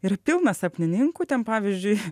ir pilna sapnininkų ten pavyzdžiui